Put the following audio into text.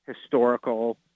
historical